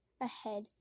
ahead